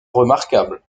remarquable